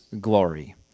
glory